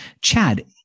Chad